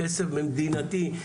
כסף מדינתי,